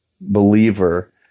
believer